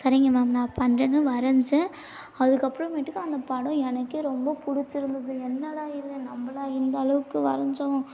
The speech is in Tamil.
சரிங்க மேம் நான் பண்ணுறேன்னு வரைஞ்சேன் அதுக்குப்புறமேட்டுக்கு அந்த படம் எனக்கே ரொம்ப பிடிச்சிருந்துது என்னடா இது நம்மளா இந்த அளவுக்கு வரைஞ்சோம்